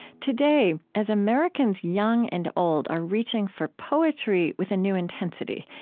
today, as americans young and old are reaching for poetry with a new intensity,